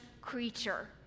creature